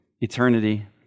eternity